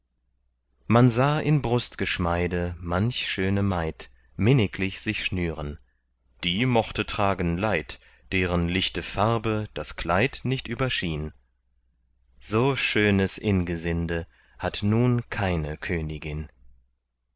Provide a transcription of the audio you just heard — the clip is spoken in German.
man sah in brustgeschmeide manch schöne maid minniglich sich schnüren die mochte tragen leid deren lichte farbe das kleid nicht überschien so schönes ingesinde hat nun keine königin